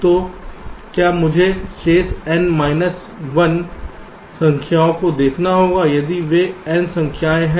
तो क्या मुझे शेष n माइनस 1 संख्याओं को देखना होगा यदि वे n संख्याएँ हैं